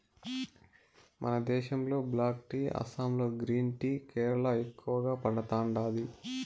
మన దేశంలో black tea Assam green tea Kerala ఎక్కువగా పండతాండాది